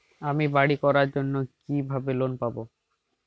আমি বাড়ি করার জন্য কিভাবে লোন পাব?